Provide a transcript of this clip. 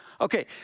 Okay